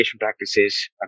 practices